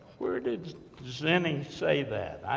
where did zinni say that?